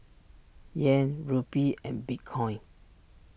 Yen Rupee and Bitcoin